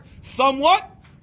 somewhat